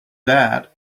that